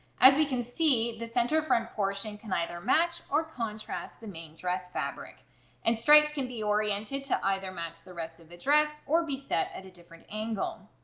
as we can see, the center front portion can either match or contrast the main dress fabric and stripes can be oriented to either match the rest of the dress or be set at a different angle.